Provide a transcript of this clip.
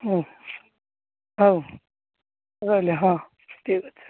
ହୁଁ ହେଉ ରହିଲି ହଁ ଠିକ୍ ଅଛି